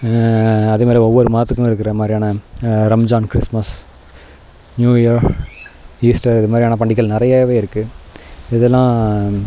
அது மாதிரி ஒவ்வொரு மதத்துக்கும் இருக்கிற மாதிரியான ரம்ஜான் கிறிஸ்மஸ் நியூயர் ஈஸ்டர் இந்த மாதிரியான பண்டிகைகள் நிறையாவே இருக்குது இதெலாம்